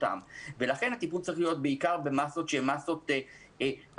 לכן הטיפול צריך להיות בעיקר במסות שהן מסות קבוצתיות,